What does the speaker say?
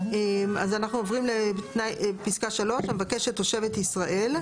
(3) המבקשת תושבת ישראל,